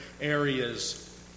areas